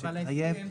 הוראה.